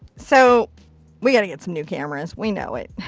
so we got get some new cameras. we know it.